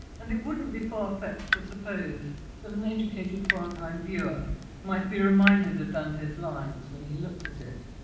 and it wouldn't be far-fetched to suppose that an educated florentine viewer might be reminded of dante's lines when he looked at it.